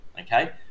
Okay